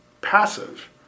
passive